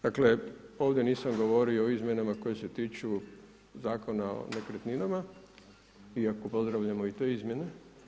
Dakle, ovdje nisam govorio o izmjenama koje se tiču Zakona o nekretninama, iako pozdravljamo te izmjene.